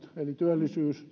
työllisyys